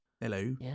hello